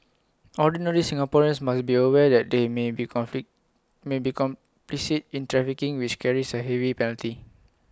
ordinary Singaporeans must be aware that they may be conflict may be complicit in trafficking which carries A heavy penalty